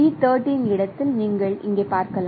B13 இடத்தில் நீங்கள் இங்கே பார்க்கலாம்